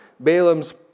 Balaam's